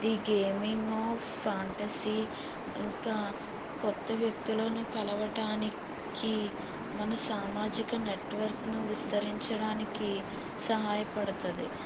the gaming of fantasy ఇంకా కొత్త వ్యక్తులను కలవటానికి మన సామాజిక నెట్వర్క్ ను విస్తరించడానికి సహాయపడుతుంది